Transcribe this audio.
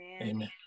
Amen